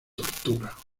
tortura